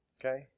Okay